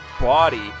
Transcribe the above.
body